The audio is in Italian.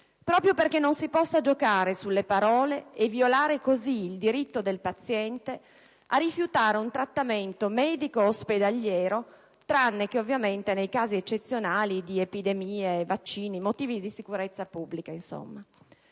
proprio perché non si possa giocare sulle parole e violare così il diritto del paziente a rifiutare un trattamento medico-ospedaliero (tranne che ovviamente nei casi eccezionali di epidemie, vaccini e per motivi di sicurezza pubblica). Allora